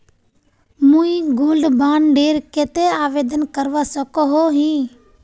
मुई gold bond डेर केते आवेदन करवा सकोहो ही?